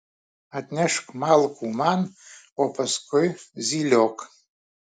atnešk malkų man o paskui zyliok